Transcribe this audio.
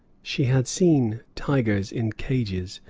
she had seen tigers in cages,